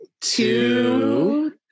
two